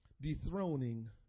Dethroning